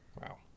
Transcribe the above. Wow